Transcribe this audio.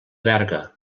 berga